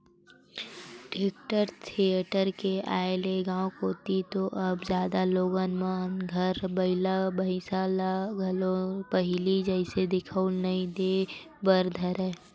tractor, thresher के आय ले गाँव कोती तो अब जादा लोगन मन घर बइला भइसा ह घलोक पहिली जइसे दिखउल नइ देय बर धरय